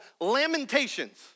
Lamentations